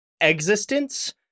existence